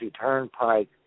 Turnpike